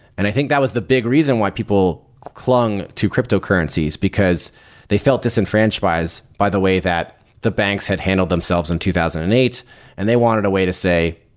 and i think that was the big reason why people clung to crypto currencies, because they felt disenfranchised by the way that the banks had handled themselves in two thousand and eight and they wanted a way to say,